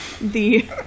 The-